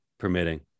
permitting